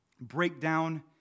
breakdown